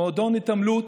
מועדון התעמלות,